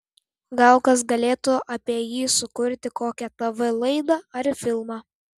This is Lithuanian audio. gal kas galėtų apie jį sukurti kokią tv laidą ar filmą